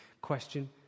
question